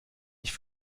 ich